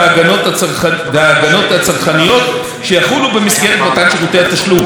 הצרכניות שיחולו במסגרת מתן שירותי תשלום בין נותן שירותי